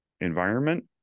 environment